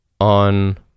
on